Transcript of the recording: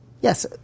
Yes